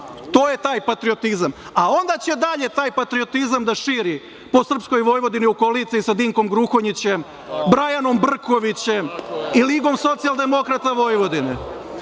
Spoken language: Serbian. je taj patriotizam, a onda će dalje taj patriotizam da širi po srpskoj Vojvodini u koaliciji sa Dinkom Gruhonjićem, Brajanom Brkovićem i LSV-om, sa svima onima